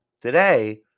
Today